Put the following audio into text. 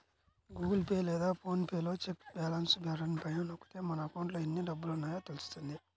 Google Pay లేదా PhonePe లో check balance button పైన నొక్కితే మన అకౌంట్లో ఎన్ని డబ్బులున్నాయో తెలుస్తుంది